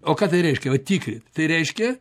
o ką tai reiškia va tikrint tai reiškia